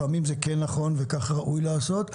לפעמים זה כן נכון, וכך ראוי לעשות.